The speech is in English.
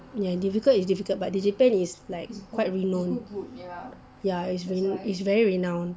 ya difficult is difficult but digipen is like quite renowned ya it's really it's very renowned